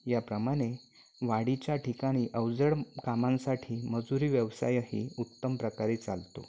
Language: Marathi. याप्रमाणे वाडीच्या ठिकाणी अवजड कामांसाठी मजुरी व्यवसायही उत्तम प्रकारे चालतो